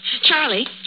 Charlie